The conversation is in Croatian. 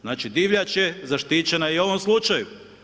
Znači, divljač je zaštićena i u ovom slučaju.